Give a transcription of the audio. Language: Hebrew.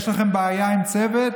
יש לכם בעיה עם צוות?